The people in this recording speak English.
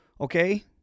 Okay